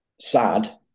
sad